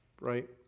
right